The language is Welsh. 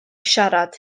siarad